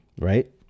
right